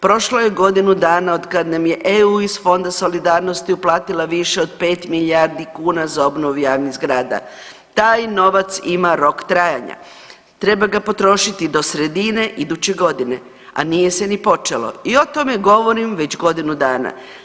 Prošlo je godinu dana od kad nam je EU iz Fonda solidarnosti uplatila više od 5 milijardi kuna za obnovu javnih zgrada, taj novac ima rok trajanja, treba ga potrošiti do sredine iduće godine, a nije se ni počelo i o tome govorim već godinu dana.